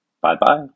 Bye-bye